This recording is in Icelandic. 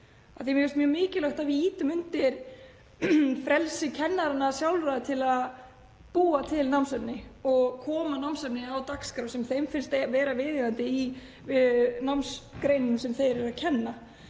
heimilt. Mér finnst mjög mikilvægt að við ýtum undir frelsi kennaranna sjálfra til að búa til námsefni og koma námsefni á dagskrá sem þeim finnst vera viðeigandi í námsgreinum sem þeir kenna.